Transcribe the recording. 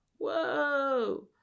whoa